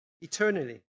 eternally